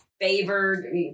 favored